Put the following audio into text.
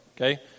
okay